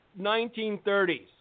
1930s